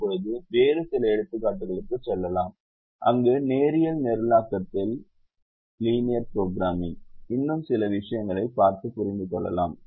இப்போது வேறு சில எடுத்துக்காட்டுகளுக்கு செல்லலாம் அங்கு நேரியல் நிரலாக்கத்தில் இன்னும் சில விஷயங்களைப் புரிந்துகொள்கிறோம்